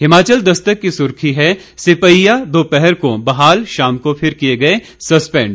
हिमाचल दस्तक की सुर्खी है सिपहिया दोपहर को बहाल शाम को फिर कर दिए सस्पेंड